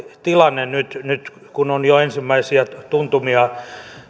tilanne nyt nyt kun on jo ensimmäisiä tuntumia